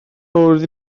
bwrdd